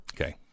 Okay